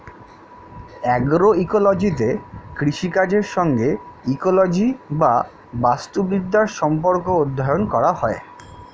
অ্যাগ্রোইকোলজিতে কৃষিকাজের সঙ্গে ইকোলজি বা বাস্তুবিদ্যার সম্পর্ক অধ্যয়ন করা হয়